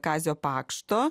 kazio pakšto